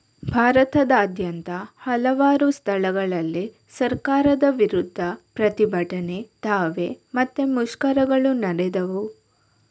ಭಾರತದಾದ್ಯಂತ ಹಲವಾರು ಸ್ಥಳಗಳಲ್ಲಿ ಸರ್ಕಾರದ ವಿರುದ್ಧ ಪ್ರತಿಭಟನೆ, ದಾವೆ ಮತ್ತೆ ಮುಷ್ಕರಗಳು ನಡೆದವು